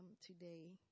today